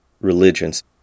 religions